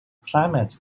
climate